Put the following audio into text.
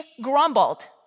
grumbled